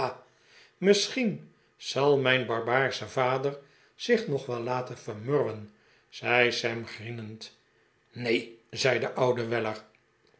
misschien zal mijn barbaarsche vader zich nog wel laten vermurwen zei sam grienend neen zei de oude weller